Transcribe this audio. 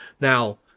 Now